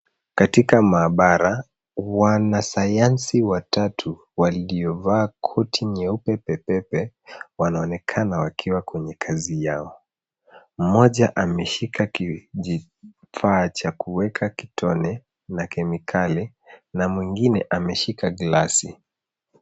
Katika maabara, wanasayansi watatu waliovaa koti nyeupe pepepe wanaonekana wakiwa kwenye kazi yao. Mmoja ameshika kijifaa cha kuweka kitone na kemikali, na mwingine ameshika glasi.